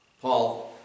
Paul